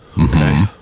Okay